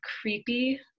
creepy